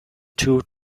two